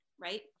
right